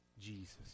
Jesus